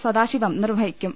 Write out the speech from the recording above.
സദാശിവം നിർവഹി ക്കും